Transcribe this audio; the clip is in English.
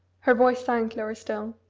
her voice sank lower still.